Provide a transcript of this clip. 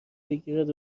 بگیرد